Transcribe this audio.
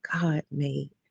God-made